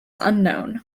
unknown